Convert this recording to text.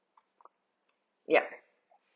yup